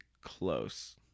close